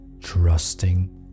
trusting